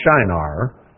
Shinar